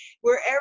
wherever